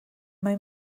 mae